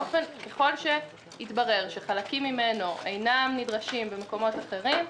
ככל שהתברר שחלקים ממנו אינם נדרשים במקומות אחרים,